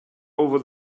over